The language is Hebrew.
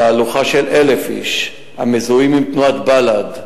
תהלוכה של 1,000 איש, המזוהים עם תנועת בל"ד,